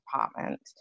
department